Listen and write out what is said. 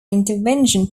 intervention